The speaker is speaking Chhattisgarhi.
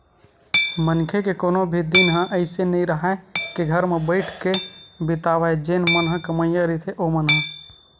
मनखे के कोनो भी दिन ह अइसे नइ राहय के घर म बइठ के बितावय जेन मन ह कमइया रहिथे ओमन ह